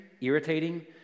irritating